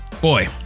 boy